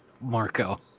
Marco